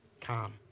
calm